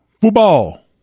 Football